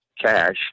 cash